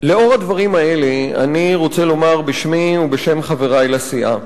לאור הדברים האלה אני רוצה לומר בשמי ובשם חברי לסיעה,